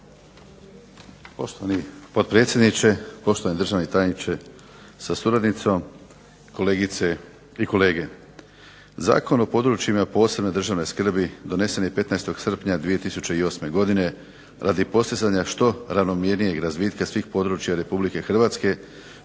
Poštovani potpredsjedniče, poštovani državni tajniče sa suradnicom, kolegice i kolege. Zakon o područjima posebne državne skrbi donesen je 15. srpnja 2008. godine radi postizanja što ravnomjernijeg razvitka svih područja Republike Hrvatske,